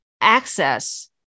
Access